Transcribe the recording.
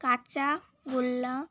কাঁচাগোল্লা